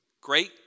great